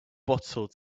bottle